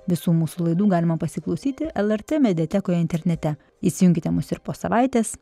visų mūsų laidų galima pasiklausyti lrt mediatekoj internete įsijunkite mus ir po savaitės